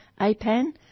APAN